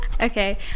Okay